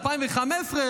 בשנת 2015,